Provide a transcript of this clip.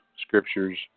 scriptures